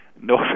no